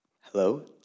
hello